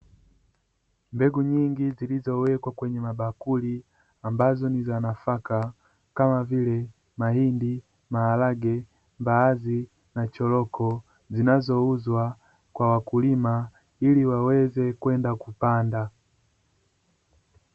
Mbegu nyingi zilizowekwa kwenye mabakuri ambazo ni za nafaka kama vile: mahindi, maharage, mbaazi na choroko zinazouzwa kwa wakulima ili waweze kwenda kupanda.